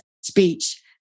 speech